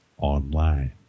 online